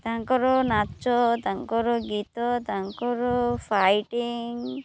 ତାଙ୍କର ନାଚ ତାଙ୍କର ଗୀତ ତାଙ୍କର ଫାଇଟିଙ୍ଗ୍